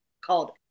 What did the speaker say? called